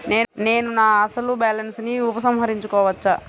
నేను నా అసలు బాలన్స్ ని ఉపసంహరించుకోవచ్చా?